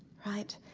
right?